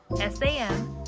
S-A-M